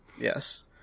Yes